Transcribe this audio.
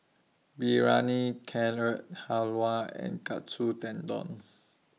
Biryani Carrot Halwa and Katsu Tendon